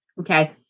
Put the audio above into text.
Okay